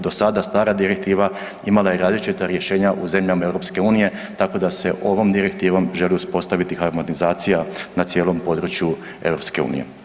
Do sada stara direktiva imala je različita rješenja u zemljama EU, tako da se ovom direktivom želi uspostaviti harmonizacija na cijelim području EU.